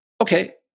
Okay